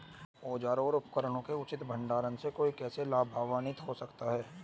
औजारों और उपकरणों के उचित भंडारण से कोई कैसे लाभान्वित हो सकता है?